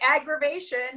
aggravation